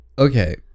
Okay